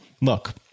look